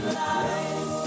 life